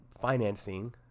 financing